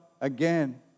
again